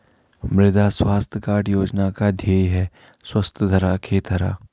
मृदा स्वास्थ्य कार्ड योजना का ध्येय है स्वस्थ धरा, खेत हरा